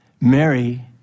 Mary